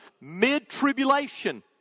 mid-tribulation